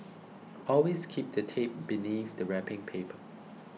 always keep the tape beneath the wrapping paper